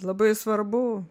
labai svarbu